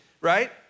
right